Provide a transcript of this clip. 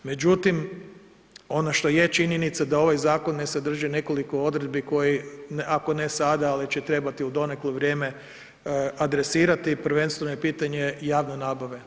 Međutim, ono što je činjenica da ovaj zakon ne sadrži nekoliko odredbi koje, ako ne sada ali će trebati u doneklo vrijeme adresirati, prvenstveno je pitanje javne nabave.